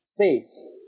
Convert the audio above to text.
space